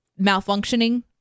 malfunctioning